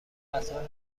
قطار